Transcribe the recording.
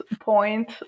point